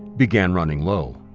began running low.